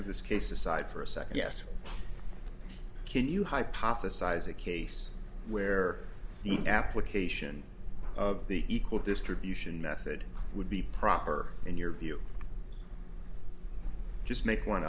of this case aside for a second yes can you hypothesize a case where the application of the equal distribution method would be proper in your view just make one